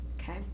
okay